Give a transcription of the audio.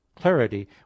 clarity